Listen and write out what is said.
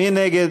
מי נגד?